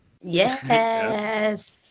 yes